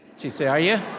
she'd say, are yeah